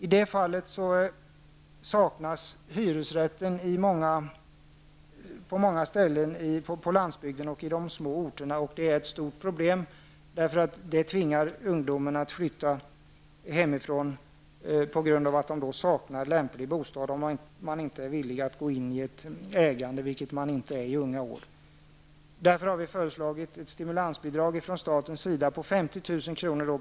I det fallet saknas hyresrätten på många ställen på landsbygden och på de små orterna. Det är ett stort problem eftersom det tvingar ungdomen att flytta hemifrån på grund av att de saknar lämplig bostad om man inte är villig att gå in i ett ägande, vilket man inte är i unga år. Därför har vi föreslagit ett stimulansbidrag från staten på 50 000 kr.